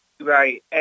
Right